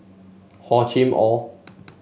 Hor Chim Or